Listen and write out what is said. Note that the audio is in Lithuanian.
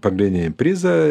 pagrindinį prizą